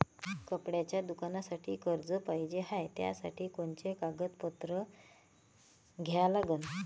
कपड्याच्या दुकानासाठी कर्ज पाहिजे हाय, त्यासाठी कोनचे कागदपत्र द्या लागन?